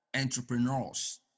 entrepreneurs